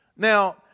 Now